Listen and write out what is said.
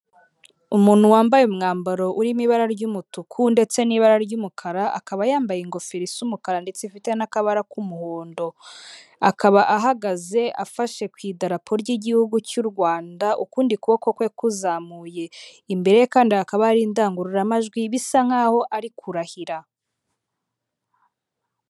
Umuntu wambaye umwambaro uri mu ibara ry'umutuku ndetse n'ibara ry'umukara, akaba yambaye ingofero isa umukara ndetse ifite n'akabara k'umuhondo, akaba ahagaze afashe ku idarapo ry'igihugu cy'u Rwanda, ukundi kuboko kwe kuzamuye, imbere ye kandi hakaba hari indangururamajwi bisa nk'aho ari kurahira.